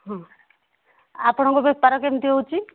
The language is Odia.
ହଁ ଆପଣଙ୍କ ବେପାର କେମିତି ହେଉଛି